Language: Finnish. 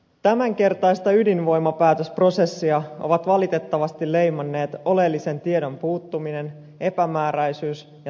tämänkertaista ydinvoimapäätösprosessia ovat valitettavasti leimanneet oleellisen tiedon puuttuminen epämääräisyys ja tarkoitushakuisuus